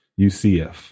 ucf